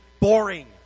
boring